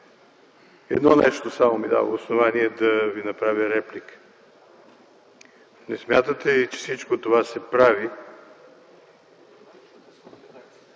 Едно нещо само ми дава основание да Ви направя реплика. Не смятате ли, че всичко това се прави,